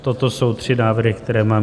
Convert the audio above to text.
Toto jsou tři návrhy, které mám.